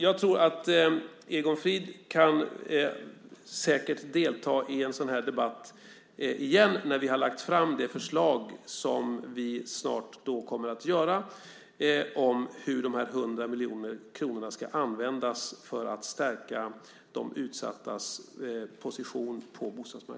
Jag tror att Egon Frid säkert kan delta i en sådan här debatt igen när vi har lagt fram det förslag som vi snart kommer att göra om hur de 100 miljoner kronorna ska användas för att stärka de utsattas position på bostadsmarknaden.